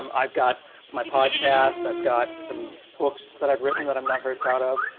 um i've got my podcast. i've got some books that i've written that i'm not very proud of.